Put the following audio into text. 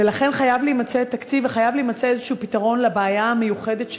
ולכן חייב להימצא תקציב וחייב להימצא פתרון כלשהו לבעיה המיוחדת שלהם,